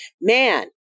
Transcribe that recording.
man